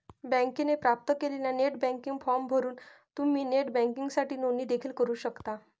बँकेने प्राप्त केलेला नेट बँकिंग फॉर्म भरून तुम्ही नेट बँकिंगसाठी नोंदणी देखील करू शकता